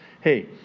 Hey